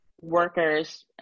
workers